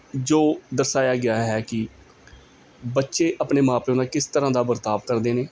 ਜੋ ਦਰਸਾਇਆ ਗਿਆ ਹੈ ਕਿ ਬੱਚੇ ਆਪਣੇ ਮਾਂ ਪਿਓ ਨਾਲ ਕਿਸ ਤਰ੍ਹਾਂ ਦਾ ਵਰਤਾਵ ਕਰਦੇ ਨੇ